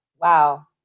Wow